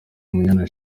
umunyana